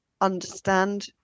understand